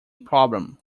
problem